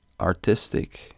artistic